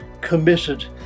committed